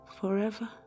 forever